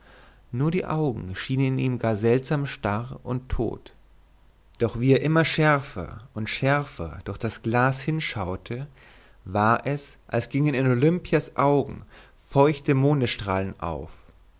nur die augen schienen ihm gar seltsam starr und tot doch wie er immer schärfer und schärfer durch das glas hinschaute war es als gingen in olimpias augen feuchte mondesstrahlen auf